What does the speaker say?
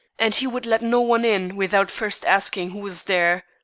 and he would let no one in without first asking who was there.